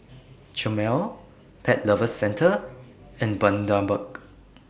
Chomel Pet Lovers Centre and Bundaberg